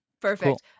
perfect